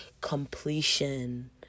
completion